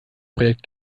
projekt